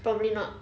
probably not